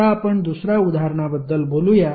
आता आपण दुसर्या उदाहरणाबद्दल बोलूया